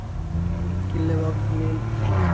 कि लेबक लेल